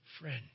friend